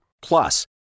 Plus